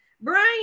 Brian